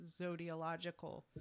zodiological